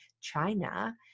China